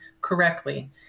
correctly